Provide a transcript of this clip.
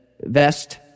vest